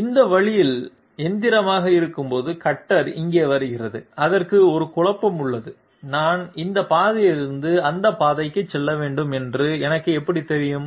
இந்த வழியில் எந்திரமாக இருக்கும்போது கட்டர் இங்கே வருகிறது அதற்கு ஒரு குழப்பம் உள்ளது நான் இந்த பாதையிலிருந்து அந்த பாதைக்கு செல்ல வேண்டும் என்று எனக்கு எப்படித் தெரியும்